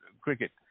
cricket